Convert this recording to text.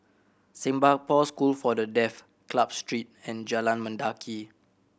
Singapore School for The Deaf Club Street and Jalan Mendaki